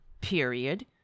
period